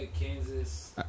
Kansas